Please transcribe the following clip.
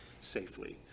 safely